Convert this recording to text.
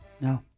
No